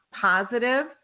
positive